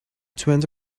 twenty